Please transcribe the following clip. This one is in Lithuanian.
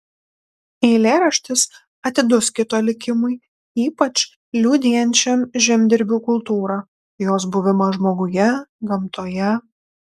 eilėraštis atidus kito likimui ypač liudijančiam žemdirbių kultūrą jos buvimą žmoguje gamtoje